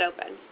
open